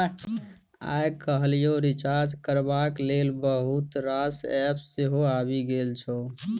आइ काल्हि रिचार्ज करबाक लेल बहुत रास एप्प सेहो आबि गेल छै